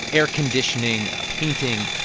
air conditioning, painting.